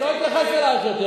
אני לא אתייחס אלייך יותר,